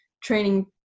training